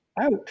out